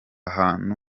hantu